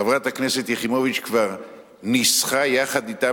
חברת הכנסת יחימוביץ כבר ניסחה יחד אתם